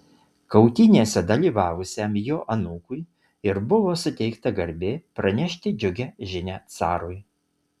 kautynėse dalyvavusiam jo anūkui ir buvo suteikta garbė pranešti džiugią žinią carui